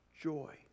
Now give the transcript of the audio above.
joy